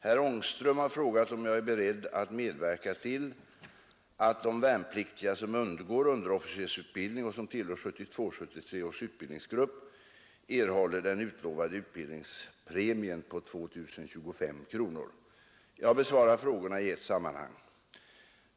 Herr Ångström har frågat om jag är beredd att medverka till att de värnpliktiga som undergår underofficersutbildning och tillhör 1972/73 års utbildningsgrupp erhåller den utlovade utbildningspremien på 2 025 kronor. Jag besvarar frågorna i ett sammanhang.